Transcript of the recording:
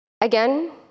Again